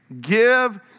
Give